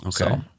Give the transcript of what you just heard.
Okay